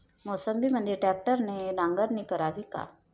मोसंबीमंदी ट्रॅक्टरने नांगरणी करावी का?